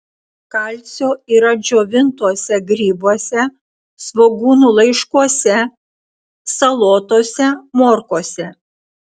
kalcio yra džiovintuose grybuose svogūnų laiškuose salotose morkose